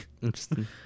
interesting